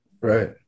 Right